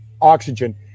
oxygen